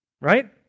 Right